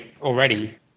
already